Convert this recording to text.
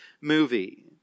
movie